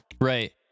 Right